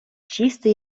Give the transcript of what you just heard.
чисте